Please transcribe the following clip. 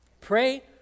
Pray